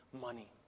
money